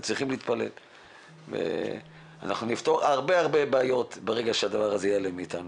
אנחנו נפתור הרבה בעיות ברגע שהדבר הזה ייעלם מאתנו,